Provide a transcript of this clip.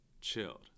chilled